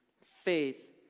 Faith